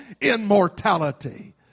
immortality